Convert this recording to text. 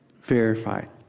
verified